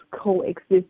coexist